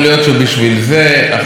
את משרד התקשורת.